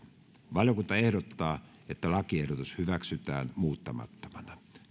valiokunta ehdottaa että lakiehdotus hyväksytään muuttamattomana